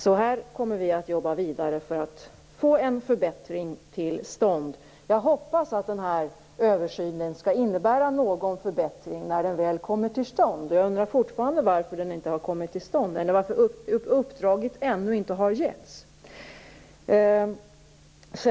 Här kommer vi att jobba vidare för att få en förbättring till stånd. Jag hoppas att den här översynen skall innebära någon förbättring när den väl kommer till stånd. Jag undrar fortfarande varför den inte har kommit har till stånd och varför uppdraget ännu inte har givits.